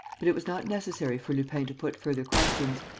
but it was not necessary for lupin to put further questions.